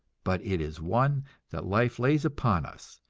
but it is one that life lays upon us,